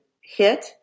hit